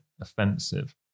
offensive